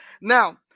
Now